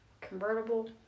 convertible